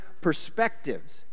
perspectives